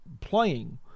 playing